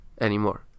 anymore